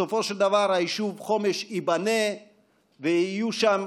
בסופו של דבר, היישוב חומש ייבנה ויהיו שם